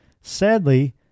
sadly